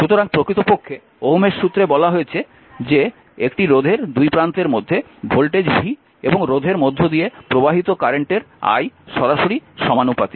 সুতরাং প্রকৃতপক্ষে ওহমের সূত্রে বলা হয়েছে যে একটি রোধের দুই প্রান্তের মধ্যে ভোল্টেজ রোধের মধ্য দিয়ে প্রবাহিত কারেন্টের সরাসরি সমানুপাতিক